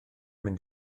mynd